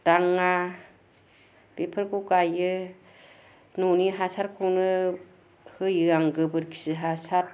दांआ बेफोरखौ गायो न'नि हासारखौनो होयो आं गोबोरखि हासार